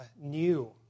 new